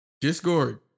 discord